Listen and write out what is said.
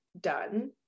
done